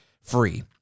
free